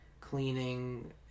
cleaning